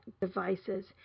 devices